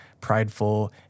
prideful